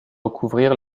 recouvrir